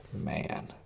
man